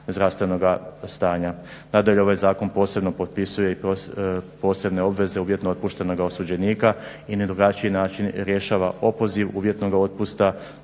zdravstvenoga stanja. Nadalje, ovaj zakon posebno potpisuje i posebne obveze uvjetno otpuštenoga osuđenika i na drugačiji način rješava opoziv uvjetnoga otpusta.